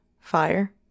fire